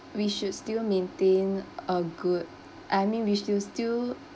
we should still maintain a good I mean we should still